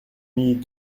mis